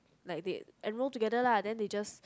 like that and go together lah then they just